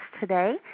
today